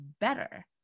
better